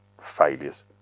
failures